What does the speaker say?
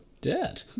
Dead